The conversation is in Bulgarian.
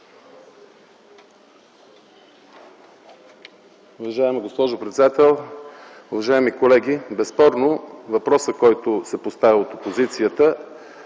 Уважаема госпожо председател, уважаеми колеги! Безспорно въпросът, който се поставя от опозицията,